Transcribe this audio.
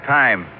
time